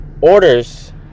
Orders